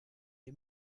die